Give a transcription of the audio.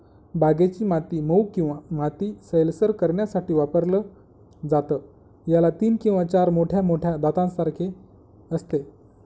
बागेची माती मऊ किंवा माती सैलसर करण्यासाठी वापरलं जातं, याला तीन किंवा चार मोठ्या मोठ्या दातांसारखे असते